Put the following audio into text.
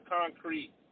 concrete